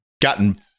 gotten